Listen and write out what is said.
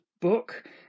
book